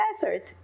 desert